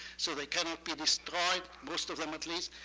so they cannot be destroyed, most of them, at least.